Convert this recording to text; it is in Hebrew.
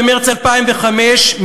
במרס 2005,